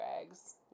eggs